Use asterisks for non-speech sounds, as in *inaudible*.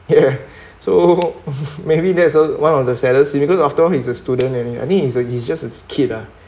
ya so *laughs* maybe that's a one of the saddest because after all he's a student and I mean he's he's just a kid uh